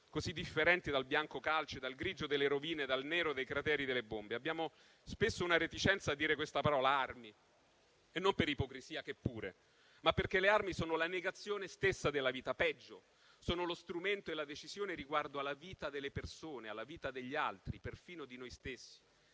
così differenti dal bianco calce, dal grigio delle rovine, dal nero dei crateri delle bombe. Abbiamo spesso una reticenza a dire questa parola - armi - e non per ipocrisia, che pure non manca, ma perché le armi sono la negazione stessa della vita; peggio, sono lo strumento e la decisione riguardo alla vita delle persone, alla vita degli altri, perfino di noi stessi.